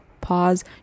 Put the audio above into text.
pause